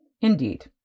Indeed